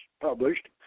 published